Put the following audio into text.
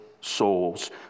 souls